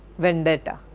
vendetta,